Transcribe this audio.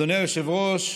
אדוני היושב-ראש,